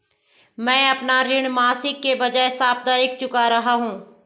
मैं अपना ऋण मासिक के बजाय साप्ताहिक चुका रहा हूँ